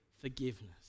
forgiveness